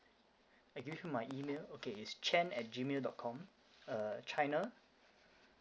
I give you my email okay it's chen at G mail dot com uh china